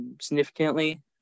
significantly